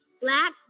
Black